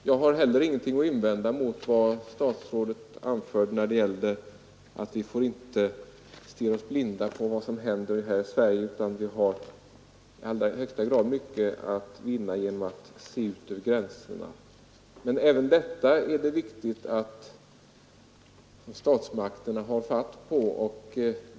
Jag har heller ingenting att invända mot vad statsrådet sade om att vi inte får stirra oss blinda på vad som händer i Sverige, utan att vi i allra högsta grad har mycket att vinna genom att se ut över gränserna. Men även här är det viktigt att statsmakterna har ansvaret.